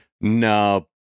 no